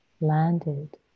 landed